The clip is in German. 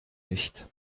nicht